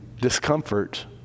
Discomfort